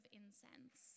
incense